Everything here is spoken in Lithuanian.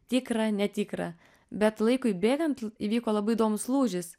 tikra netikra bet laikui bėgant įvyko labai įdomus lūžis